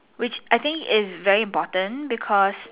which I think it's very important because